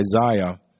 Isaiah